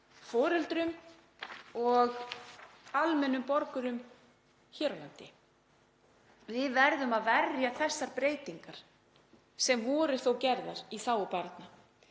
foreldrum og almennum borgurum hér á landi. Við verðum að verja þessar breytingar sem voru þó gerðar í þágu barna.